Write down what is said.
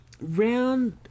round